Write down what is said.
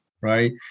right